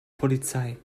polizei